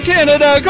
Canada